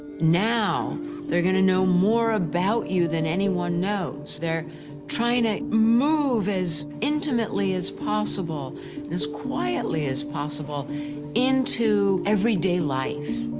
now they're going to know more about you than anyone knows. they're trying to move as intimately as possible and as quietly as possible into everyday life.